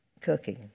Cooking